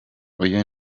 uyu